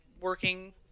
working